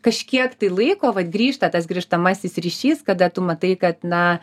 kažkiek tai laiko vat grįžta tas grįžtamasis ryšys kada tu matai kad na